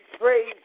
praise